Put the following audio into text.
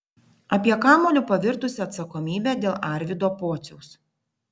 apie kamuoliu pavirtusią atsakomybę dėl arvydo pociaus